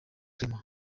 clement